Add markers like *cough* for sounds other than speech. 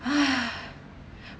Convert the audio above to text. *breath*